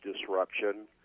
disruption